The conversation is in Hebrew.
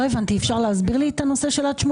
לא הבנתי, אפשר להסביר לי את הנושא של עד 18?